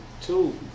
two